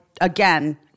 again